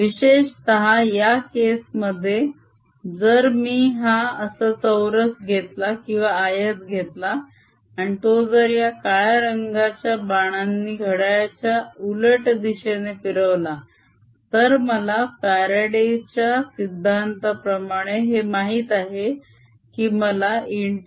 विशेषतः या केस मध्ये जर मी हा असा चौरस घेतला किंवा आयत घेतला आणि तो जर या काळ्या रंगाच्या बाणांनी घड्याळाच्या उलट दिशेने फिरवला तर मला फ्यारडे च्या सिद्धांताप्रमाणे हे माहित आहे की मला ∫E